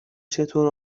چطور